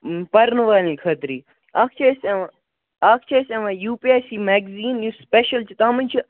پَرن والٮ۪ن خٲطرے اکھ چھِ أسۍ یِوان اکھ چھِ اَسہِ یِوان U P S C magazine یُس سُپیٚشل چھِ تتھ منٛز چھِ